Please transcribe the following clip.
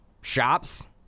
shops